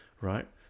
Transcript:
right